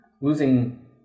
losing